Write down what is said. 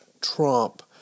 Trump